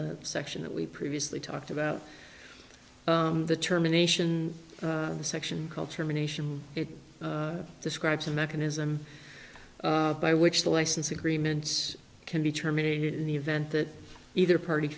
the section that we previously talked about the terminations section called terminations it describes a mechanism by which the license agreements can be terminated in the event that either party